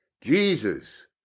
Jesus